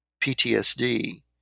PTSD